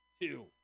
Two